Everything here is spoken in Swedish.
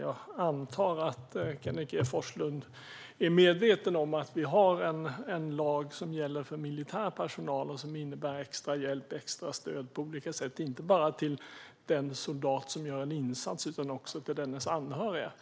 Jag antar att Kenneth G Forslund är medveten om att vi har en lag som gäller för militär personal och som innebär extra hjälp och extra stöd på olika sätt, inte bara till den soldat som gör en insats utan också till dennes anhöriga.